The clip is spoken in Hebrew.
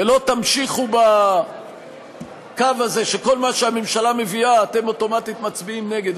ולא תמשיכו בקו הזה שכל מה שהממשלה מביאה אתם אוטומטית מצביעים נגד,